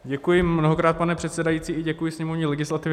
Děkuji mnohokrát, pane předsedající, a děkuji i sněmovní legislativě.